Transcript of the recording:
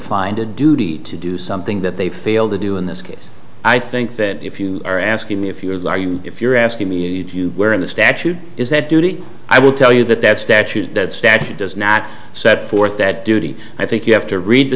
find a duty to do something that they failed to do in this case i think that if you are asking me if you are you if you're asking me where in the statute is that duty i will tell you that that statute that statute does not set forth that duty i think you have to read the